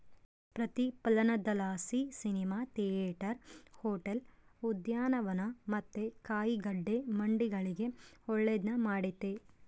ಪ್ರತಿಫಲನದಲಾಸಿ cinema theatre, hotel, ಉದ್ಯಾನವನ ಮತ್ತೆ ಕಾಯಿಗಡ್ಡೆ ಮಂಡಿಗಳಿಗೆ ಒಳ್ಳೆದ್ನ ಮಾಡೆತೆ